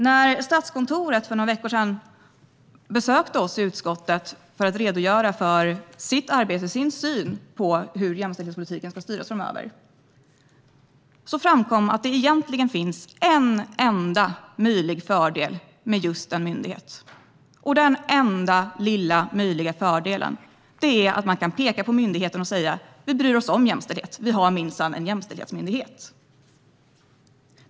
När Statskontoret för några veckor sedan besökte oss i utskottet för att redogöra för sitt arbete och sin syn på hur jämställdhetspolitiken ska styras framöver framkom det att det bara finns en enda möjlig fördel med just en myndighet. Denna enda lilla möjliga fördel är att man kan peka på myndigheten och säga att vi bryr oss om jämställdhet - vi har minsann en jämställdhetsmyndighet.